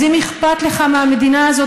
אז אם אכפת לך מהמדינה הזאת,